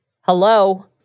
Hello